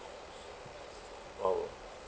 oh